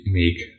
make